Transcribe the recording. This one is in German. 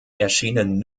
erschienen